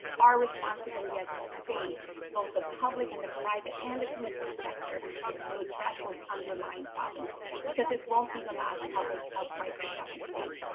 our responsibility as a state both the public and the private and the community sector is to address those underlying problems because this won't be the last public health crisis that we face.